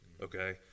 okay